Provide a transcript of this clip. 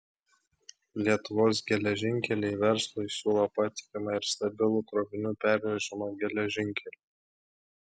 lietuvos geležinkeliai verslui siūlo patikimą ir stabilų krovinių pervežimą geležinkeliu